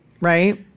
Right